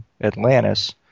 Atlantis